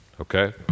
Okay